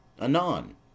anon